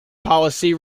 policy